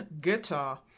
guitar